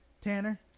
Tanner